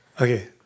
Okay